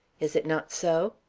is it not so?